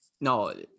No